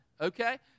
okay